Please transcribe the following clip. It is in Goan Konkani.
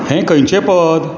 हे खंयचे पद